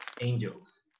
angels